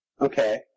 Okay